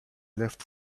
left